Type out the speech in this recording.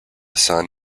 son